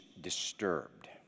disturbed